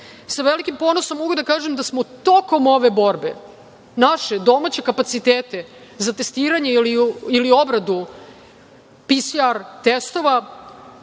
velikom ponosom mogu da kažem da smo tokom ove borbe naše domaće kapacitete za testiranje ili obradu PCR testova